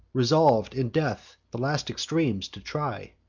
resolv'd, in death, the last extremes to try.